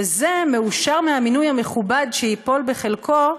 וזה מאושר מהמינוי המכובד שייפול בחלקו,